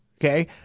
Okay